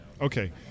Okay